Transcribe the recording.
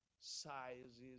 sizes